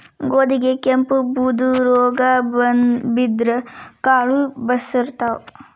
ಗೋಧಿಗೆ ಕೆಂಪು, ಬೂದು ರೋಗಾ ಬಿದ್ದ್ರ ಕಾಳು ಬರ್ಸತಾವ